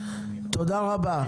תודה רבה.